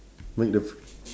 make the